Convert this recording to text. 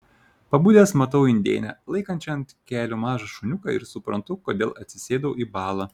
pabudęs matau indėnę laikančią ant kelių mažą šuniuką ir suprantu kodėl atsisėdau į balą